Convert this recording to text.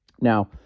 Now